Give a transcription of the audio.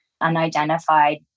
unidentified